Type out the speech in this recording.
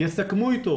יסכמו איתו